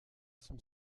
son